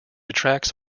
attracts